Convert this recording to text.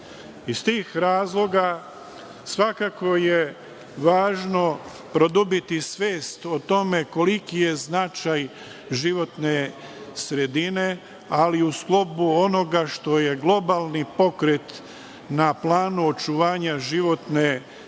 Iz tih razloga, svakako je važno produbiti svest o tome koliki je značaj životne sredine, ali u sklopu onoga što je globalni pokret na planu očuvanja životne sredine